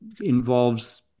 involves